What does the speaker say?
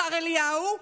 השר אליהו,